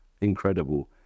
incredible